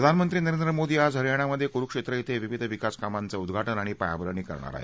प्रधानमंत्री नरेंद्र मोदी आज हरयानामधे कुरुक्षेत्र कुं विविध विकास कामांचं उद्दाटन आणि पायाभरणी करणार आहेत